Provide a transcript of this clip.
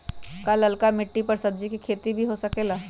का लालका मिट्टी कर सब्जी के भी खेती हो सकेला?